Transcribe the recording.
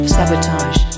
Sabotage